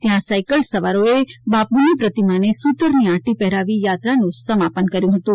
ત્યાં આ સાયકલ સવારોએ બાપુની પ્રતિમાને સુરતની આંટી પહેરાવી યાત્રાનું સમાપન કર્યું હતું